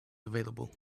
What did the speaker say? available